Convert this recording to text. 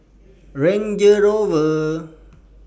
Range Rover